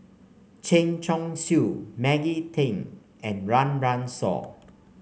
Chen Chong Swee Maggie Teng and Run Run Shaw